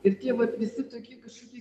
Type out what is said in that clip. ir tie vat visi tokie kažkokie